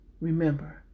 remember